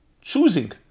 choosing